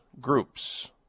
groups